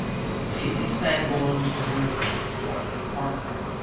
they were mazie sanborn and her friend dorothy parkman.